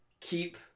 keep